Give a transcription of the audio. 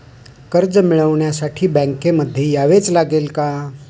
कर्ज मिळवण्यासाठी बँकेमध्ये यावेच लागेल का?